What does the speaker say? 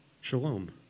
Shalom